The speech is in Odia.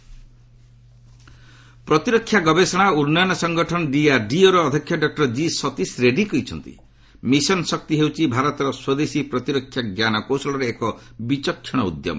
ଡିଆର୍ଡିଓ ପ୍ରତିରକ୍ଷା ଗବେଷଣା ଓ ଉନ୍ନୟନ ସଂଗଠନ ଡିଆର୍ଡିଓ ଅଧ୍ୟକ୍ଷ ଡକ୍ଟର ଜି ସତୀଶ ରେଡ଼ୁୀ କହିଛନ୍ତି ମିଶନ୍ ଶକ୍ତି ହେଉଛି ଭାରତର ସ୍ୱଦେଶୀ ପ୍ରତିରକ୍ଷା ଜ୍ଞାନକୌଶଳର ଏକ ବିଚକ୍ଷଣ ଉଦ୍ୟମ